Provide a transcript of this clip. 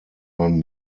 man